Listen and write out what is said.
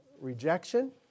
Rejection